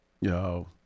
yo